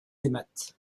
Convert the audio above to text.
aimâtes